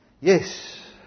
Yes